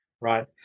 Right